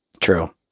True